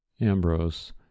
Ambrose